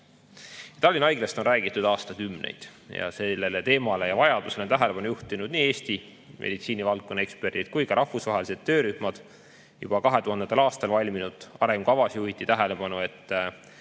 Tallinna Haiglast on räägitud aastakümneid. Sellele teemale ja vajadusele on tähelepanu juhtinud nii Eesti meditsiinivaldkonna eksperdid kui ka rahvusvahelised töörühmad. Juba 2000. aastal valminud arengukavas juhiti tähelepanu, et